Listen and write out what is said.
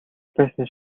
байсан